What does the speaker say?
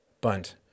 bunt